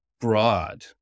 broad